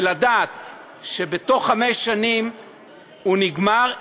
ולדעת שבתוך חמש שנים הוא נגמר,